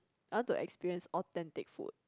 I want to experience authentic food